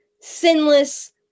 sinless